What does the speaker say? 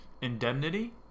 indemnity